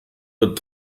wird